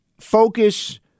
focus